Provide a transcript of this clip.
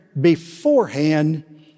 beforehand